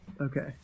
Okay